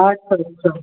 আচ্ছা আচ্ছা